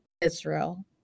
Israel